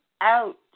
out